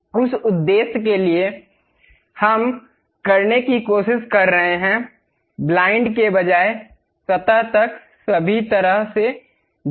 उस उद्देश्य के लिए जो हम करने की कोशिश कर रहे हैं ब्लाइंड के बजाय सतह तक सभी तरह से जाएं